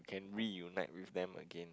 can reunite with them again